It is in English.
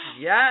Yes